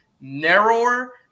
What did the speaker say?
narrower